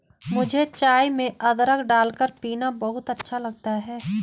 मुझे चाय में अदरक डालकर पीना बहुत अच्छा लगता है